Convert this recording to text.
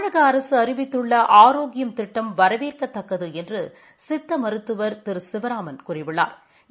தமிழகஅரசுஅறிவித்துள்ளஆரோக்கியம் திட்டம் வரவேற்கத்தக்கதுஎன்றுசித்தமருத்துவர் சிவராமன் கூறியுள்ளா்